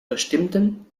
bestimmten